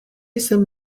jsem